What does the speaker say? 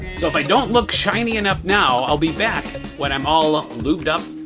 so if i don't look shiny enough now i'll be back when i'm all up lubed up,